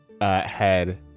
head